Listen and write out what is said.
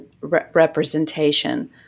representation